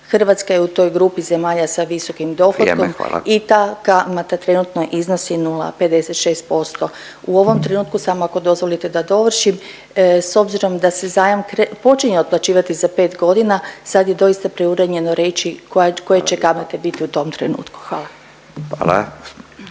Hrvatska je u toj grupi zemalja sa visokim dohotkom… .../Upadica: Vrijeme, hvala./... i ta kamata trenutno iznosi 0,56%. U ovom trenutku, samo ako dozvolite da dovršim, s obzirom da se zajam počinje otplaćivati za 5 godina, sad je doista preuranjeno reći koje će kamate biti u tom trenutku. Hvala.